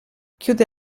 chiude